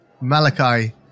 Malachi